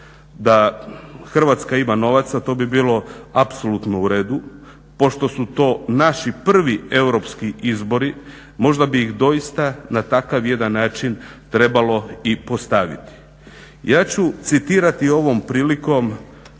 Da Hrvatska ima novaca to bi bilo apsolutno u redu pošto su to naši prvi europski izbori možda bi ih doista na takav jedan način trebalo i postaviti. Ja ću citirati ovom prilikom